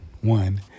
one